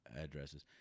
addresses